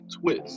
twist